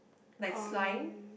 like slime